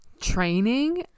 training